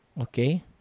Okay